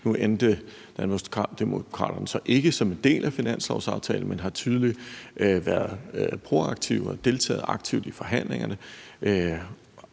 så ikke med at være en del af finanslovsaftalen, men de har tydeligt været proaktive og deltaget aktivt i forhandlingerne